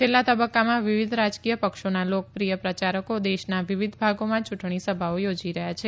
છેલ્લા તબકકામાં વિવિધ રાજકીય પક્ષોના લોકપ્રિય પ્રચારકો દેશના વિવિધ ભાગોમાં યુંટણી સભાઓ યોજી રહયાં છે